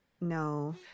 No